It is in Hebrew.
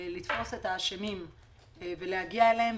לתפוס את האשמים ולהגיע אליהם,